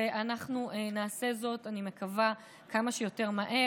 ואנחנו נעשה זאת, אני מקווה, כמה שיותר מהר.